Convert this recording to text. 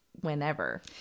whenever